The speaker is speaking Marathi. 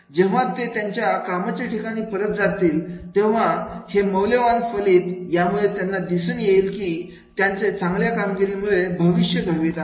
जेव्हा ते त्यांच्या कामाच्या ठिकाणी परत जातील केव्हा हे हे मौल्यवान फलित यामुळे त्यांना असे दिसून येईल की ते त्यांचं चांगल्या कामगिरीमुळे भविष्य घडवीत आहेत